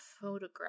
photograph